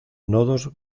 nodos